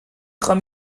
خوام